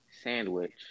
sandwich